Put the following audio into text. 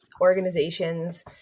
organizations